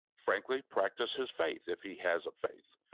frankly, practice his faith, if he has a faith.